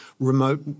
remote